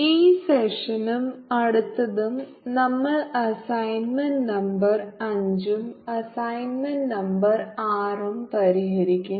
ഈ സെഷനും അടുത്തതും നമ്മൾ അസൈൻമെന്റ് നമ്പർ അഞ്ചും അസൈൻമെന്റ് നമ്പർ ആറും പരിഹരിക്കും